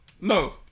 No